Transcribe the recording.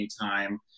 anytime